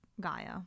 Gaia